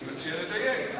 אני מציע לדייק.